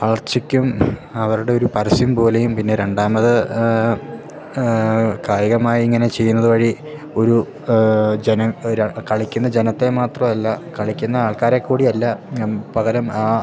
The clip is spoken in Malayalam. വളർച്ചയ്ക്കും അവരുടെയൊരു പരസ്യം പോലെയും പിന്നെ രണ്ടാമത് കായികമായി ഇങ്ങനെ ചെയ്യുന്നതു വഴി ഒരു ജന ഒരാൾ കളിക്കുന്ന ജനത്തെ മാത്രമല്ല കളിക്കുന്ന ആൾക്കാരെ കൂടി അല്ല പകരം ആ